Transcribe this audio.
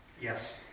Yes